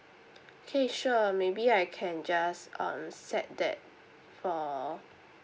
K sure maybe I can just um set that for